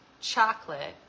chocolate